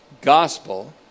gospel